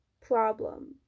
problem